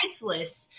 priceless